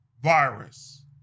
virus